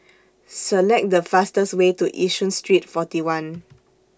Select The fastest Way to Yishun Street forty one